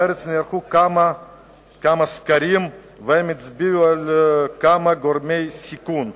בארץ נערכו כמה סקרים והם הצביעו על כמה גורמי סיכון,